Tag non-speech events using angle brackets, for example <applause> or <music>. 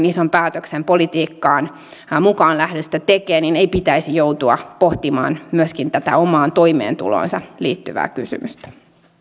<unintelligible> ison päätöksen politiikkaan mukaan lähdöstä tekee niin ei pitäisi joutua pohtimaan myöskin tätä omaan toimeentuloonsa liittyvää kysymystä